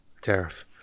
tariff